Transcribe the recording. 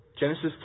Genesis